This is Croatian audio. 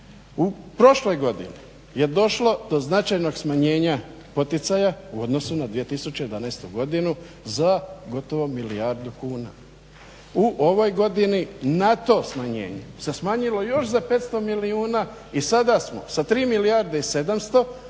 U prošloj godini je došlo do značajnog smanjenja poticaja u odnosu na 2011. godinu za gotovo milijardu kuna. U ovoj godini na to smanjenje se smanjilo još za 500 milijuna i sada smo sa 3 milijarde i 700 što